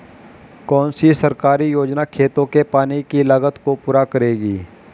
कौन सी सरकारी योजना खेतों के पानी की लागत को पूरा करेगी?